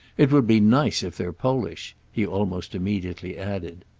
it would be nice if they're polish! he almost immediately added.